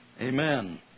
Amen